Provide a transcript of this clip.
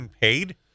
paid